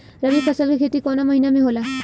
रवि फसल के खेती कवना महीना में होला?